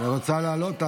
קטי, את רוצה לעלות?